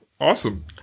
awesome